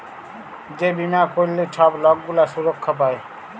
যে বীমা ক্যইরলে ছব লক গুলা সুরক্ষা পায়